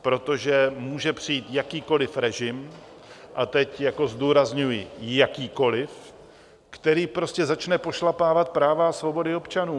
Protože může přijít jakýkoli režim a teď zdůrazňuji jakýkoli který prostě začne pošlapávat práva a svobody občanů.